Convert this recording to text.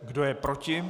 Kdo je proti?